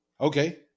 Okay